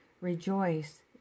Rejoice